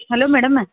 hello madam